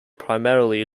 primarily